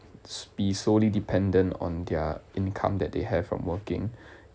be solely dependent on their income that they have from working